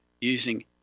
using